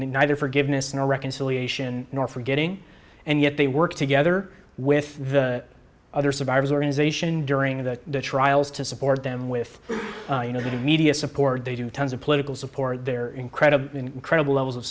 neither forgiveness and reconciliation nor forgetting and yet they work together with the other survivors organization during the trials to support them with you know the media support they do tons of political support their incredible incredible levels of